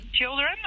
children